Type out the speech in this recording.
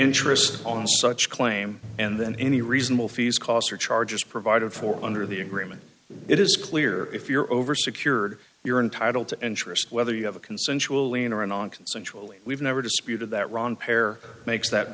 interest on such claim and then any reasonable fees costs or charges provided for under the agreement it is clear if you're over secured you're entitled to interest whether you have a consensual leaner and on consensually we've never disputed that ron pair makes that